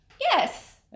Yes